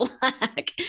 black